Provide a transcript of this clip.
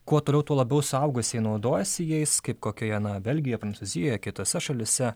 kuo toliau tuo labiau suaugusieji naudojasi jais kaip kokioje na belgijoje prancūzijoje kitose šalyse